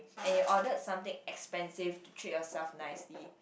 and you ordered something expensive to treat yourself nicely